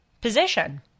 position